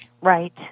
Right